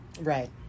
right